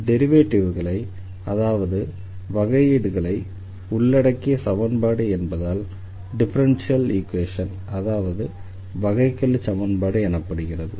டெரிவேட்டிவ்களை அதாவது வகையீடுகளை உள்ளடக்கிய சமன்பாடு என்பதால் டிஃபரன்ஷியல் ஈக்வேஷன் அதாவது வகைக்கெழுச்சமன்பாடு எனப்படுகிறது